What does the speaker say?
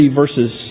verses